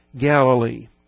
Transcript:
Galilee